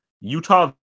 Utah